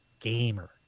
gamer